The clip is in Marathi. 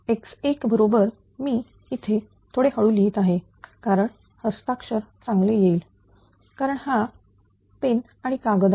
तरx1 बरोबर मी इथे थोडे हळू लिहीत आहे कारण हस्ताक्षर चांगल येईल कारण हा पेन आणि कागद आहे